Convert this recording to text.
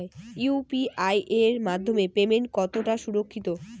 UPI এর মাধ্যমে payment কতটা সুরক্ষিত?